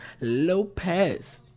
Lopez